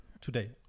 today